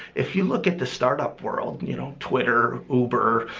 if you look at the startup world you know twitter, uber,